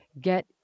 get